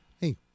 hey